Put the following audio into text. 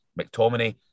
McTominay